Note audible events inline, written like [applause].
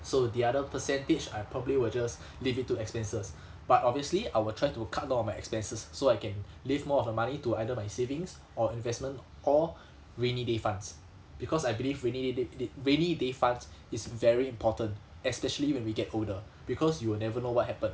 so the other percentage I probably will just [breath] leave it to expenses [breath] but obviously I will try to cut down on my expenses so I can [breath] leave more of the money to either my savings or investment or [breath] rainy day funds because I believe we need it it rainy day funds [breath] is very important especially when we get older because you will never know what happen